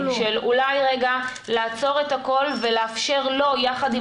של אולי רגע לעצור את הכול ולאפשר לו יחד עם